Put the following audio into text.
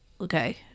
okay